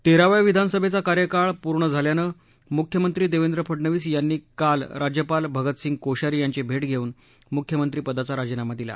तेराव्या विधानसभेचा कार्यकाळ पूर्ण झाल्यानं मुख्यमंत्री देवेंद्र फडणवीस यांनी काल राज्यपाल भगतसिंह कोश्यारी यांची भेट घेऊन मुख्यमंत्रिपदाचा राजिनामा दिला